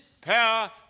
power